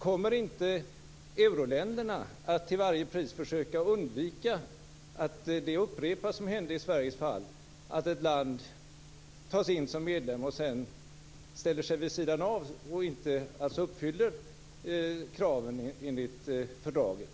Kommer inte euroländerna att till varje pris försöka undvika att det som hände i Sveriges fall upprepas, dvs. att ett land tas in som medlem och sedan ställer sig vid sidan av och inte uppfyller kraven enligt fördraget?